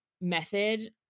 method